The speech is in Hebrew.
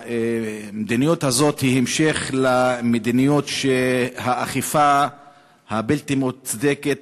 המדיניות הזאת היא המשך המדיניות של האכיפה הבלתי-מוצדקת,